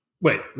Wait